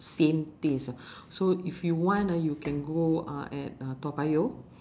same taste so if you want ah you can go uh at uh toa payoh